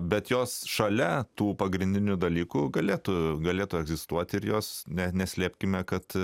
bet jos šalia tų pagrindinių dalykų galėtų galėtų egzistuoti ir jos net neslėpkime kad